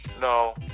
No